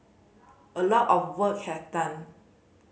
a lot of work has done